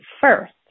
first